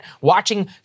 watching